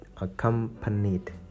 accompanied